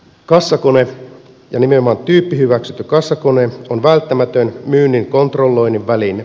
kassakone nimenomaan tyyppihyväksytty kassakone on välttämätön myynnin kontrolloinnin väline